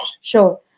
Sure